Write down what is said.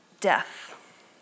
death